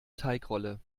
teigrolle